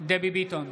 דבי ביטון,